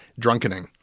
drunkening